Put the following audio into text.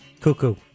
Cuckoo